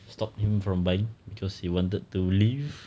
stop him from buying cause he wanted to leave